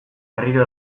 berriro